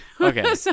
Okay